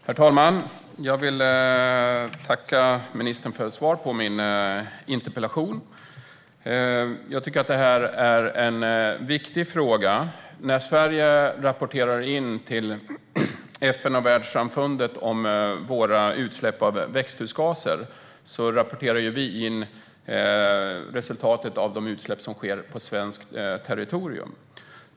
Herr talman! Jag vill tacka ministern för svaret på min interpellation. Jag tycker att det här är en viktig fråga. När vi i Sverige rapporterar in till FN och världssamfundet om våra utsläpp av växthusgaser rapporterar vi in resultatet av de utsläpp som sker på svenskt territorium.